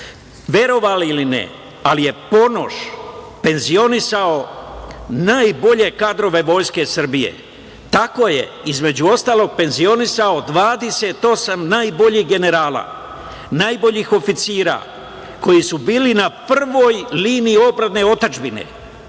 Ponoš. Verovali ili ne, ali je Ponoš penzionisao najbolje kadrove Vojske Srbije. Tako je, između ostalog, penzionisao 28 najboljih generala, najboljih oficira koji su bili na prvoj liniji odbrane otadžbine